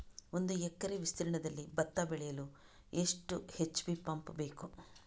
ಒಂದುಎಕರೆ ವಿಸ್ತೀರ್ಣದಲ್ಲಿ ಭತ್ತ ಬೆಳೆಯಲು ಎಷ್ಟು ಎಚ್.ಪಿ ಪಂಪ್ ಬೇಕು?